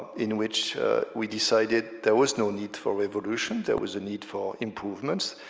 in which we decided there was no need for revolution, there was a need for improvements.